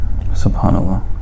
SubhanAllah